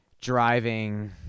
driving